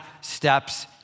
steps